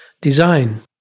Design